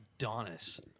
Adonis